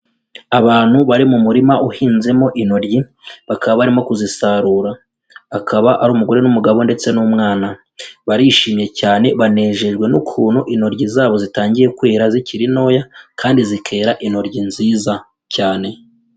Abantu bari mu murima uhinzemo intoryi bakaba barimo kuzisarura, akaba ari umugore n'umugabo ndetse n'umwana, barishimye cyane banejejwe n'ukuntu intoryi zabo zitangiye kwera zikiri ntoya kandi zikera intoryi nziza cyane.